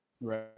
Right